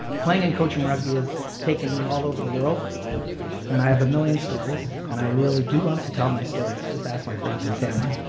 ah playing and coaching rugby has taken me all over the world and i have a million stories, and i really do love to tell my stories, just ask my friends and family.